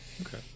okay